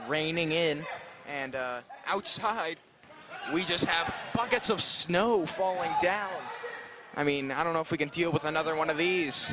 raining in and outside we just have markets of snow falling down i mean i don't know if we can deal with another one of these